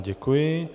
Děkuji.